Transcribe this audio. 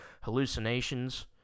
hallucinations